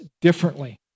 differently